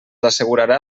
assegurarà